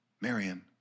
Marion